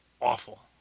awful